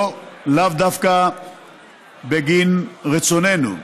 לאו דווקא בגין רצוננו.